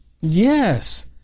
Yes